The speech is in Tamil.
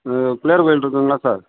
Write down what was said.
ஆ பிள்ளையார் கோயில் இருக்குதுங்கல்ல சார்